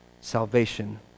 Salvation